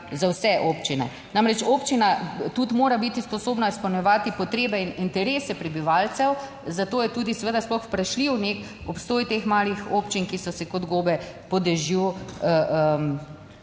za vse občine. Namreč občina tudi mora biti sposobna izpolnjevati potrebe in interese prebivalcev, zato je tudi seveda sploh vprašljiv nek obstoj teh malih občin, ki so se kot gobe po dežju